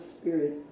Spirit